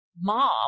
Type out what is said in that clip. mom